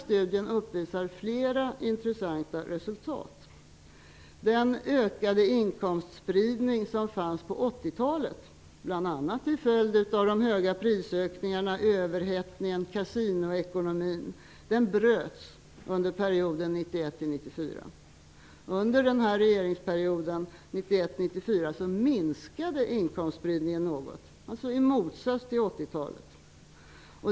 Studien uppvisar flera intressanta resultat: -- Den ökade inkomstspridning som fanns på 80 talet, bl.a. till följd av de stora prisökningarna, överhettning och kasinoekonomin, bröts under perioden 1991--1994. -- Under regeringsperioden 1991--1994 minskade inkomstspridningen något. Detta alltså i motsats till vad som skedde under 80-talet.